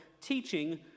teaching